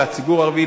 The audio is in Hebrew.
לציבור הערבי,